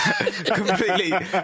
Completely